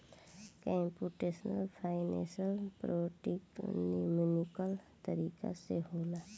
computational finance practical numerical तरीका से होला